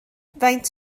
faint